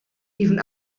even